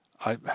I